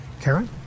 karen